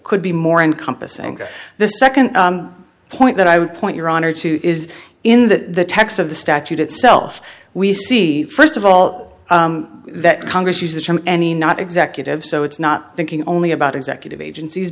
could be more encompassing the second point that i would point your honor to is in the text of the statute itself we see first of all that congress use the term any not executive so it's not thinking only about executive agencies